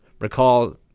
recall